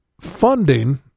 funding